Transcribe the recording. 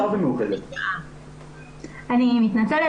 אני מתנצלת,